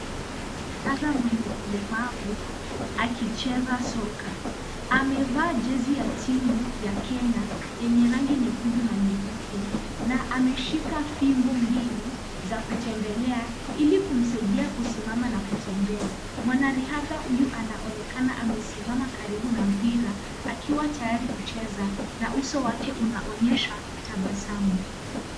Mwanariadha mwenye ulemavu akicheza soka. Amevaa jezi ya timu ya Kenya yenye rangi nyekundu na nyeupe. Na ameshika fimbo mbili za kutembelea ili kumusaidia kusimama na kutembea. Mwanariadha huyu anaonekana amesimama karibu na mpira akiwa tayari kucheza na uso wake unaonyesha tabasamu.